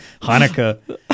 Hanukkah